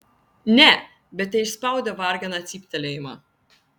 ne bet teišspaudė varganą cyptelėjimą